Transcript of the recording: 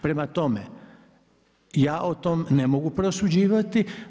Prema tome, ja o tome ne mogu prosuđivati.